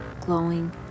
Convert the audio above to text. glowing